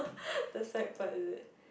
the side part is it